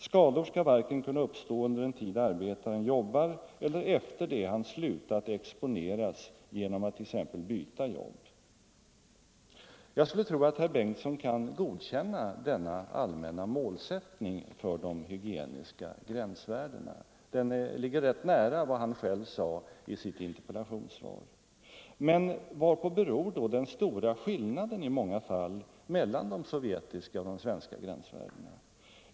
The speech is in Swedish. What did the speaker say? Skador ska varken kunna uppstå under den tid arbetaren jobbar eller efter det han slutat exponeras genom att t.ex. byta jobb.” Jag skulle tro att herr Bengtsson kan godkänna denna allmänna målsättning för de hygieniska gränsvärdena, eftersom den ligger nära det han själv sade i sitt interpellationssvar. Men varpå beror då den stora skillnaden i många fall mellan de sovjetiska och de svenska gränsvärdena.